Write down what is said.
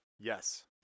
Yes